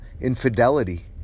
infidelity